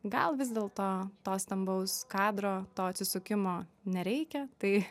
gal vis dėlto to stambaus kadro to atsisukimo nereikia tai